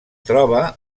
troba